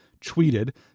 tweeted